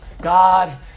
God